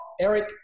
Eric